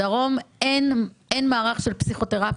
בדרום אין מערך של פסיכותרפיה,